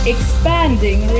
Expanding